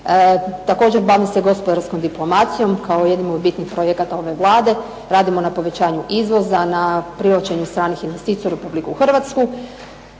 Također bavim se gospodarskom diplomacijom kao jednim od bitnih projekata ove Vlade, radimo na povećanju izvoza, na privlačenju stranih investitora u Republiku Hrvatsku.